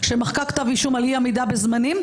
שמחקה כתב אישום על אי עמידה בזמנים,